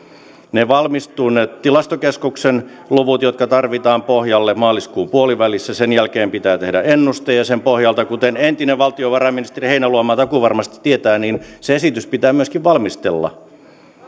ne tilastokeskuksen luvut jotka tarvitaan pohjalle valmistuvat maaliskuun puolivälissä sen jälkeen pitää tehdä ennuste ja ja sen pohjalta kuten entinen valtiovarainministeri heinäluoma takuuvarmasti tietää se esitys pitää myöskin valmistella